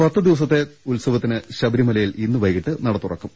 പത്ത് ദിവസത്തെ ഉത്സവത്തിന് ശബരിമലയിൽ ഇന്ന് വൈകീട്ട് നടതുറക്കും